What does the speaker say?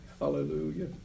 Hallelujah